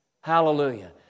Hallelujah